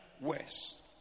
worse